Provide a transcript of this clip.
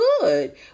good